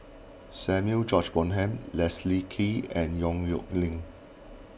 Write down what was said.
Samuel George Bonham Leslie Kee and Yong Nyuk Lin